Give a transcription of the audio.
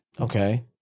Okay